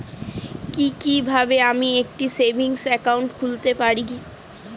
কি কিভাবে আমি একটি সেভিংস একাউন্ট খুলতে পারি?